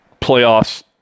playoffs